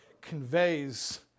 conveys